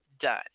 done